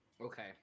Okay